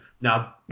Now